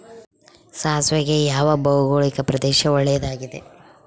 ಸಾಸಿವೆಗೆ ಯಾವ ಭೌಗೋಳಿಕ ಪ್ರದೇಶ ಒಳ್ಳೆಯದಾಗಿದೆ?